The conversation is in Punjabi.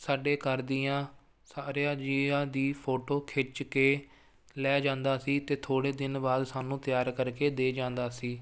ਸਾਡੇ ਘਰ ਦੀਆਂ ਸਾਰਿਆਂ ਜੀਆਂ ਦੀ ਫੋਟੋ ਖਿੱਚ ਕੇ ਲੈ ਜਾਂਦਾ ਸੀ ਅਤੇ ਥੋੜ੍ਹੇ ਦਿਨ ਬਾਅਦ ਸਾਨੂੰ ਤਿਆਰ ਕਰਕੇ ਦੇ ਜਾਂਦਾ ਸੀ